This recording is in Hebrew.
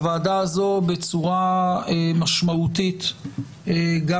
הוועדה הזאת בצורה משמעותית לא